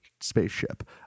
spaceship